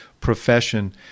profession